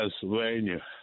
Pennsylvania